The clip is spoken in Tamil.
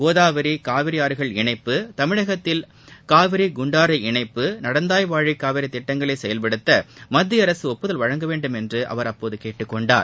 கோதாவரி காவிரி ஆறுகள் இணைப்பு தமிழகத்தில் காவிரி குண்டாறு இணைப்பு நடந்தாய் வாழி காவிரி திட்டங்களை செயல்படுத்த மத்திய அரக ஒப்புதல் வழங்க வேண்டும் என்று அவர் கேட்டுக்கொண்டார்